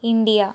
India